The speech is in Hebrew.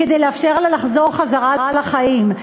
שיאפשרו לה לחזור לחיים.